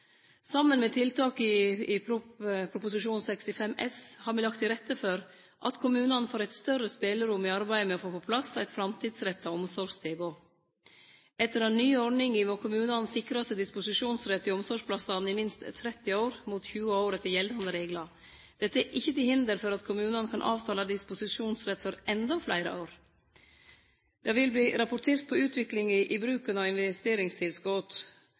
Saman med tiltaka i Prop. 65 S har me lagt til rette for at kommunane får eit større spelerom i arbeidet med å få på plass eit framtidsretta omsorgstilbod. Etter den nye ordninga må kommunane sikre seg disposisjonsrett til omsorgsplassane i minst 30 år, mot 20 år etter gjeldande reglar. Dette er ikkje til hinder for at kommunane kan avtale disposisjonsrett for endå fleire år. Det vil verte rapportert på utviklinga i bruken av